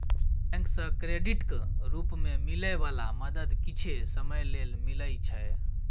bank सँ क्रेडिटक रूप मे मिलै बला मदद किछे समय लेल मिलइ छै